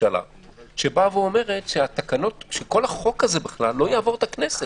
שבאה ואומרת שכל החוק הזה לא יעבור את הכנסת,